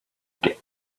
get